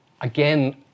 again